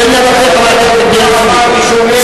זה עניין אחר, חבר הכנסת